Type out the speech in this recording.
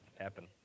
happen